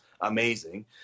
amazing